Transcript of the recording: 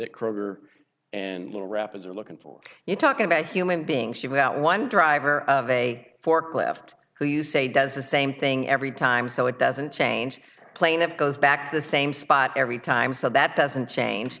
that kroger and little rapids are looking for you talking about human beings she without one driver of a forklift who you say does the same thing every time so it doesn't change a plane that goes back to the same spot every time so that doesn't change